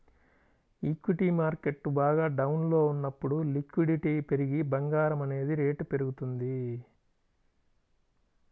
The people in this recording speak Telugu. ఈక్విటీ మార్కెట్టు బాగా డౌన్లో ఉన్నప్పుడు లిక్విడిటీ పెరిగి బంగారం అనేది రేటు పెరుగుతుంది